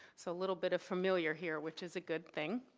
so a little bit of familiar here, which is a good thing.